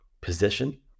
position